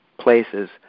places